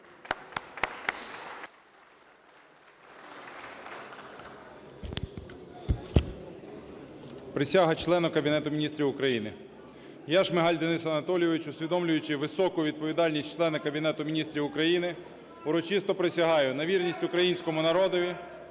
Присяга члена Кабінету Міністрів України: "Я, Шмигаль Денис Анатолійович, усвідомлюючи високу відповідальність члена Кабінету Міністрів України, урочисто присягаю на вірність Українському народові.